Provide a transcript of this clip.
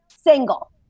single